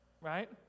right